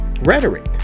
rhetoric